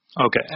Okay